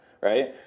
right